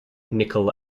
nickel